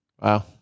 Wow